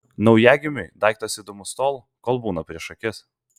naujagimiui daiktas įdomus tol kol būna prieš akis